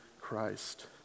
Christ